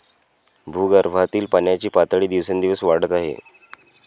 भूगर्भातील पाण्याची पातळी दिवसेंदिवस वाढत आहे